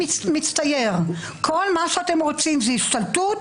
מצטייר שכל מה שאתם רוצים זאת השתלטות,